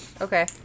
Okay